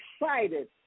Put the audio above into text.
excited